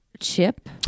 Chip